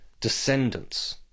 descendants